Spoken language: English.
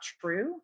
true